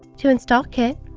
to install kit,